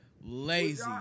Lazy